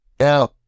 Now